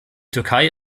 türkei